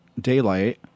daylight